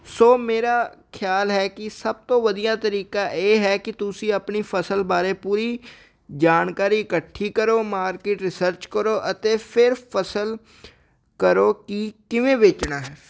ਸੋ ਮੇਰਾ ਖਿਆਲ ਹੈ ਕਿ ਸਭ ਤੋਂ ਵਧੀਆ ਤਰੀਕਾ ਇਹ ਹੈ ਕਿ ਤੁਸੀਂ ਆਪਣੀ ਫਸਲ ਬਾਰੇ ਪੂਰੀ ਜਾਣਕਾਰੀ ਇਕੱਠੀ ਕਰੋ ਮਾਰਕੀਟ ਰਿਸਰਚ ਕਰੋ ਅਤੇ ਫਿਰ ਫਸਲ ਕਰੋ ਕਿ ਕਿਵੇਂ ਵੇਚਣਾ ਹੈ